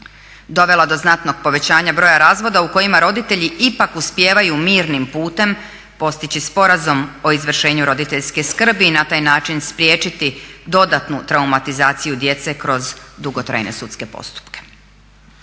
dovela do znatnog povećanja broja razvoda u kojima roditelji ipak uspijevaju mirnim putem postići sporazum o izvršenju roditeljske skrbi i na taj način spriječiti dodatnu traumatizaciju djece kroz dugotrajne sudske postupke.